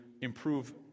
improve